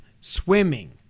swimming